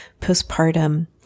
postpartum